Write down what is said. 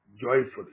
joyfully